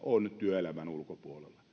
on työelämän ulkopuolella